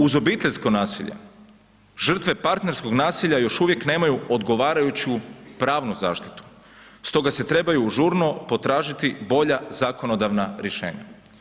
Uz obiteljsko nasilje, žrtve partnerskog nasilja još uvijek nemaju odgovarajuću pravnu zaštitu, stoga se trebaju žurno potražiti bolja zakonodavna rješenja.